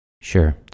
Sure